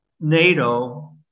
NATO